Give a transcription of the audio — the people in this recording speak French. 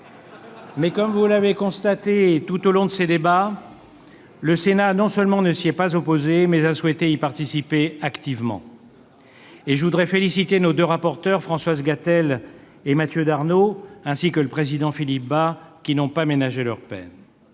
mais, comme vous l'avez constaté tout au long de ces débats, le Sénat non seulement ne s'y est pas opposé, mais a souhaité y participer activement. Je voudrais, à cet instant, féliciter nos deux rapporteurs, Françoise Gatel et Mathieu Darnaud, ainsi que le président Philippe Bas, qui n'ont pas ménagé leur peine.